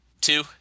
two